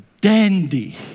dandy